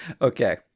Okay